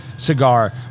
cigar